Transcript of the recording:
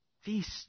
Feast